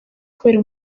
kubera